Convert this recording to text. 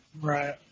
Right